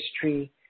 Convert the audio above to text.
history